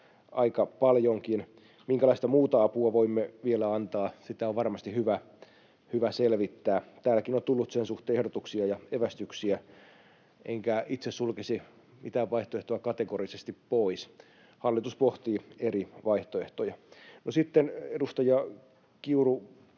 aika paljonkin. Minkälaista muuta apua voimme vielä antaa, sitä on varmasti hyvä selvittää. Täälläkin on tullut sen suhteen ehdotuksia ja evästyksiä, enkä itse sulkisi mitään vaihtoehtoa kategorisesti pois. Hallitus pohtii eri vaihtoehtoja. No, sitten edustaja Kiuru